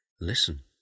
Listen